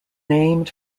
named